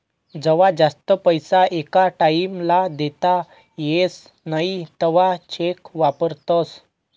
जवा जास्त पैसा एका टाईम ला देता येस नई तवा चेक वापरतस